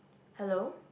hello